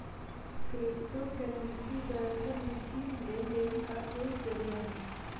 crypto currency दरअसल, वित्तीय लेन देन का एक जरिया है